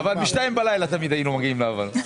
אבל תמיד בשעה 2:00 לפנות בוקר היינו מגיעים להבנות.